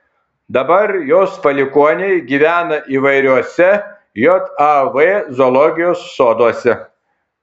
dabar jos palikuoniai gyvena įvairiuose jav zoologijos soduose